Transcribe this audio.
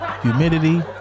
humidity